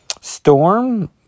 Storm